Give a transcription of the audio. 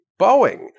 Boeing